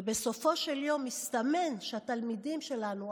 ובסופו של יום מסתמן שהתלמידים שלנו,